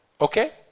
Okay